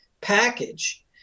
package